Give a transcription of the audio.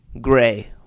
gray